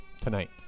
tonight